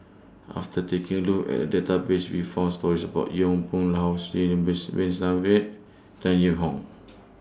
after taking A Look At The Database We found stories about Yong Pung How Sidek Base Bin Saniff Tan Yee Hong